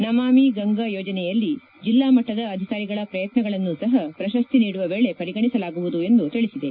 ನಮಾಮಿ ಗಂಗಾ ಯೋಜನೆಯಲ್ಲಿ ಜಿಲ್ಲಾ ಮಟ್ಟದ ಅಧಿಕಾರಿಗಳ ಪ್ರಯತ್ನಗಳನ್ನು ಸಹ ಪ್ರಶಸ್ತಿ ನೀಡುವ ವೇಳೆ ಪರಿಗಣಿಸಲಾಗುವುದು ಎಂದು ತಿಳಿಸಿದೆ